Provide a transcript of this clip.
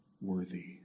worthy